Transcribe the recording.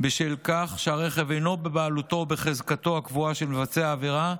בשל כך שהרכב אינו בבעלותו או בחזקתו הקבועה של מבצע העבירה,